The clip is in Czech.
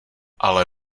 ale